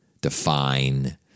define